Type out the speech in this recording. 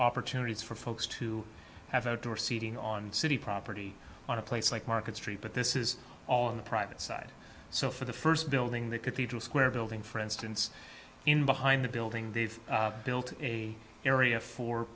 opportunities for folks to have outdoor seating on city property on a place like market street but this is all in the private side so for the first building the cathedral square building for instance in behind the building they've built a area for